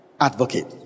advocate